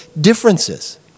differences